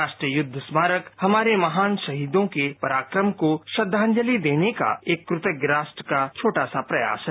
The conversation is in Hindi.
राष्ट्रीय युद्ध स्मारक हमारे महान शहीदों के पराक्रम को श्रद्वांजलि देने का कृतज्ञ राष्ट्र का एक छोटा सा प्रयास है